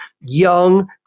young